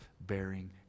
bearing